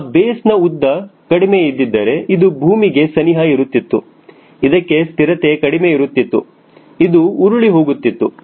ಈಗ ಆ ಬೇಸ್ ನ ಉದ್ದ ಕಡಿಮೆ ಇದ್ದಿದ್ದರೆ ಇದು ಭೂಮಿಗೆ ಸನಿಹ ಇರುತ್ತಿತ್ತು ಇದಕ್ಕೆ ಸ್ಥಿರತೆ ಕಡಿಮೆ ಇರುತ್ತಿತ್ತು ಇದು ಉರುಳಿ ಹೋಗುತ್ತಿತ್ತು